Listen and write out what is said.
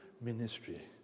ministry